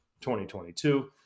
2022